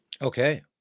Okay